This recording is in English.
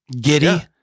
Giddy